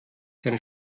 seine